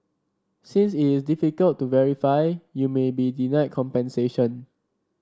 since it is difficult to verify you may be denied compensation